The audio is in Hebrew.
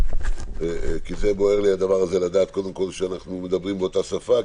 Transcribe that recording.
כי בוער לי לדעת קודם כול שאנחנו מדברים באותה שפה,